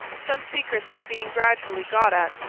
some secret that's being gradually got at,